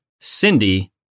Cindy